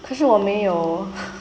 可是我没有